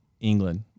England